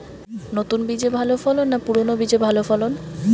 নতুন বীজে ভালো ফলন না পুরানো বীজে ভালো ফলন?